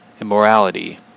immorality